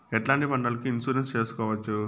ఎట్లాంటి పంటలకు ఇన్సూరెన్సు చేసుకోవచ్చు?